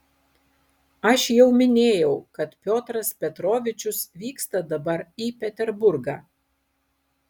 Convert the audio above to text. aš jau minėjau kad piotras petrovičius vyksta dabar į peterburgą